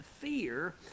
fear